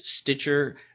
Stitcher